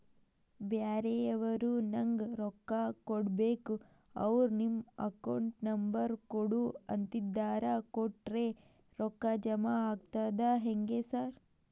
ಬ್ಯಾರೆವರು ನಂಗ್ ರೊಕ್ಕಾ ಕೊಡ್ಬೇಕು ಅವ್ರು ನಿನ್ ಅಕೌಂಟ್ ನಂಬರ್ ಕೊಡು ಅಂತಿದ್ದಾರ ಕೊಟ್ರೆ ರೊಕ್ಕ ಜಮಾ ಆಗ್ತದಾ ಹೆಂಗ್ ಸಾರ್?